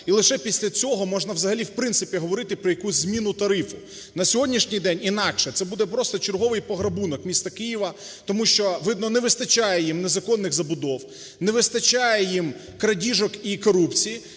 і лише після цього можна взагалі в принципі говорити про якусь зміну тарифу. На сьогоднішній день інакше це буде просто черговийпограбунок міста Києва, тому що видно не вистачає їм незаконних забудов, не вистачає їм крадіжок і корупції,